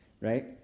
right